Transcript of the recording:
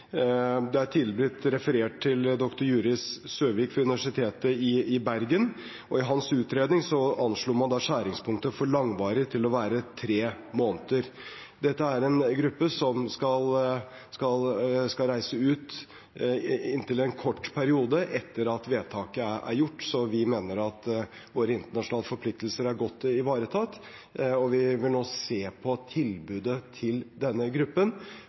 Det er tidligere blitt referert til dr. juris Søvik ved Universitetet i Bergen. I hans utredning anslo man skjæringspunktet for «langvarig» til å være tre måneder. Dette er en gruppe som skal reise ut en kort periode etter at vedtaket er gjort, så vi mener at våre internasjonale forpliktelser er godt ivaretatt. Vi vil nå se på tilbudet til denne gruppen